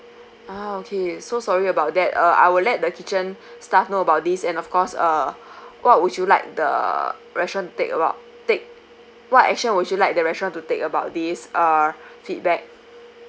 ah okay so sorry about that uh I'll let the kitchen staff know about this and of course uh what would you like the restaurant take about take what action would you like the restaurant to take about this uh feedback